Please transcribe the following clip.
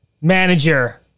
Manager